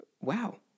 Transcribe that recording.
wow